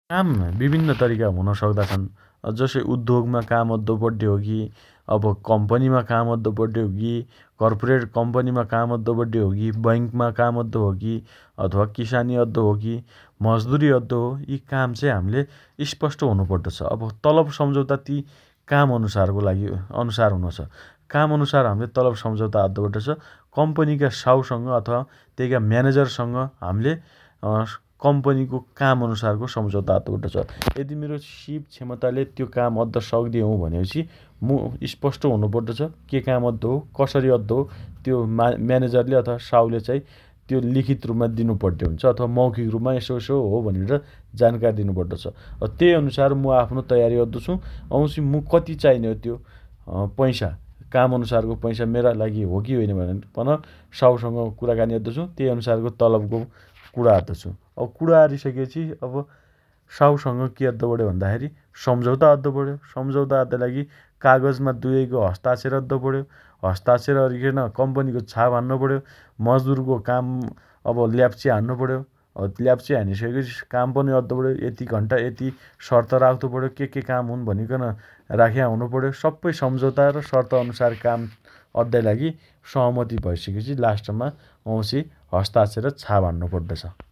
काम विभिन्न तरिकाका हुन सक्दा छन् । अँ जसइ उद्योगमा काम अद्दो पड्डे हो की । अब कम्पनीमा काम अद्दो पड्डे हो की, कर्पोरेट कम्पनीमा काम अद्दो पड्डे हो की, बैंकमा काम अद्दो हो की, अथवा किसानी अद्दो हो की, मजुदरी अद्दो हो, यी काम चाइ हम्ले स्पष्ट हुनो पड्डो छ । अब तलब सम्झौता ती काम अनुसारको लागि अनुसार हुनोछ । काम अनुसार हम्ले तलब सम्झौता अद्दो पड्डो छ । कम्पनीका साउसँग अथवा तेइका म्यानेजरसँग हम्ले अँ कम्पनीको काम अनुसारको सम्झौता अद्दो पड्डो छ । यदि मेरो सीप क्षमताले त्यो काम अद्द सक्द्दे हौँ भनेपछि मु स्पष्ट हुनो पड्डो छ । के काम अद्दो हो, कसरी अद्दो हो? त्यो म्याइ म्यानेजरले अथवा साउले चाइ त्यो लिखीत रुपमा दिनु पड्डे हुन्छ अथावा मौखिक रुपमा यसो यसो हो भनिबट जानकारी दिनो पड्डो छ । अँ तेइ अनुसार मु आफ्नो तयारी अद्दो छु, वाउँछि मु कति चाइने हो? त्यो अँ पैसा? काम अनुसारको पैसा मेरा लागि होगी होइन भनिबट पन साउसँग कुणाकानी अद्दो छु । तेइ अनुसारको तलबको कुणा अद्दो छु । अब कुणा अरिसकेपछि अब साउसँग के अद्दो पण्यो भन्दा खेरी सम्झौता अद्दो पण्यो, सम्झौता अद्दाइ लागि कागजमा दुएइको हस्ताक्षर अद्दो पण्यो । हस्ताक्षर अरिकन कम्पनीको छाप हान्नो पण्यो । मजदुरको काम अब ल्याप्चे हान्नो पण्यो । अब ल्याप्चे हानिसकेपछि काम पनि अद्दो पण्यो । यति घण्टा यति शर्त राख्द्दो पण्यो के के काम हुन् भनिकन राख्या हुनो पण्यो । सप्पै सम्झौता र सर्तअनुसार काम अद्दाइ लागि सहमति भइसकेपछि लास्टमा वाउँछि हस्ताक्षर र छाप हाण्न्नो पड्डो छ ।